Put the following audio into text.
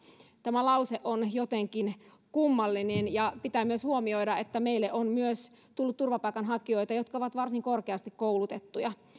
tämä lause on jotenkin kummallinen ja pitää myös huomioida että meille on tullut myös turvapaikanhakijoita jotka ovat varsin korkeasti koulutettuja